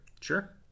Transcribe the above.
Sure